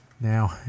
Now